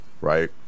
right